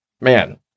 man